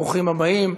ברוכים הבאים.